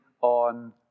on